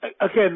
Again